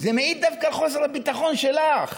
זה מעיד דווקא על חוסר הביטחון שלך.